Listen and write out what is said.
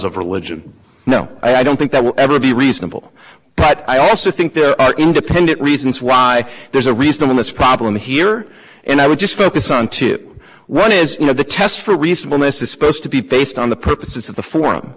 of religion no i don't think that will ever be reasonable but i also think the independent reasons why there's a reasonable us problem here and i would just focus on two one is you know the test for research on this is supposed to be based on the purposes of the forum